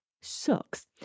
sucks